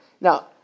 now